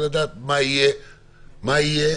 לדעת מה תהיה